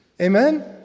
amen